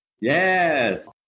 Yes